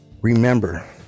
Remember